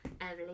Emily